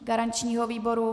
Garančního výboru?